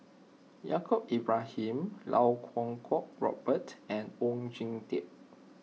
Yaacob Ibrahim Iau Kuo Kwong Robert and Oon Jin Teik